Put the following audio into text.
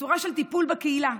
בצורה של טיפול בקהילה,